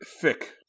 thick